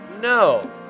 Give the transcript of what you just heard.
No